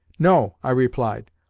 no, i replied,